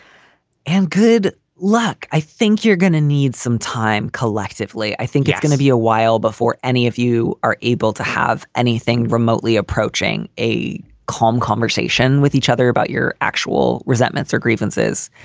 and good luck. i think you're going to need some time collectively. i think it's going to be a while before any of you are able to have anything remotely approaching a calm conversation with each other about your actual resentments or grievances.